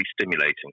stimulating